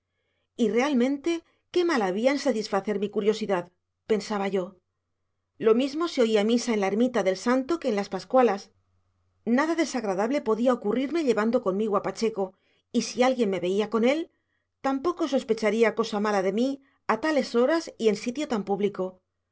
y realmente qué mal había en satisfacer mi curiosidad pensaba yo lo mismo se oía misa en la ermita del santo que en las pascualas nada desagradable podía ocurrirme llevando conmigo a pacheco y si alguien me veía con él tampoco sospecharía cosa mala de mí a tales horas y en sitio tan público